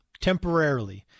temporarily